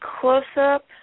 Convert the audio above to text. close-up